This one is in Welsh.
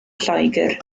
lloegr